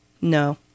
No